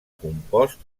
compost